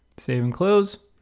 save and close.